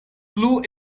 plu